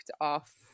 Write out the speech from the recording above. off